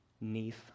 neath